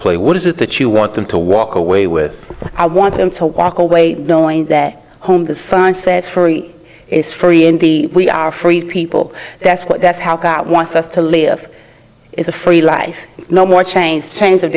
play what is it that you want them to walk away with i want them to walk away knowing that whom the sign says free is free in the we are free people that's what that's how crowd wants us to live is a free life no more change chains of